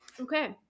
Okay